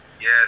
yes